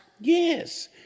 Yes